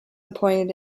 appointed